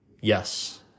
Yes